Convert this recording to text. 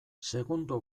segundo